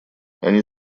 они